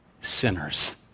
sinners